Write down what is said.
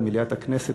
במליאת הכנסת.